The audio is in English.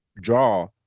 draw